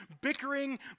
bickering